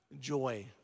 joy